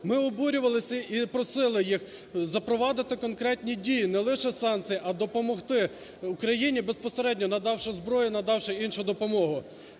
Ми оборювалися і просили їх запровадити конкретні дії, не лише санкції, а допомогти Україні безпосередньо, надавши зброю, надавши іншу допомогу.